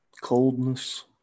coldness